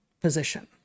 position